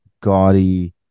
gaudy